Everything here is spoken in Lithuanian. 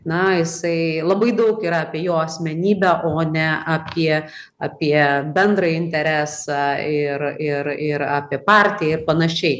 na jisai labai daug yra apie jo asmenybę o ne apie apie bendrąjį interesą ir ir ir apie partiją panašiai